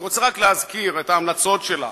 אני רוצה רק להזכיר את ההמלצות שלה: